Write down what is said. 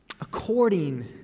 according